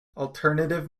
alternative